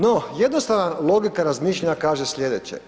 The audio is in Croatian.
No, jednostavna logika razmišljanja kaže slijedeće.